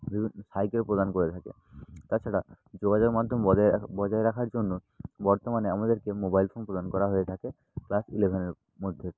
বিভিন্ন সাইকেল প্রদান করে থাকে তাছাড়া যোগাযোগের মাধ্যম বজায় বজায় রাখার জন্য বর্তমানে আমাদেরকে মোবাইল ফোন প্রদান করা হয়ে থাকে ক্লাস ইলেভেনের মধ্যে